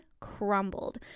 crumbled